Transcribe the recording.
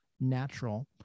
natural